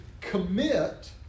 commit